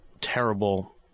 terrible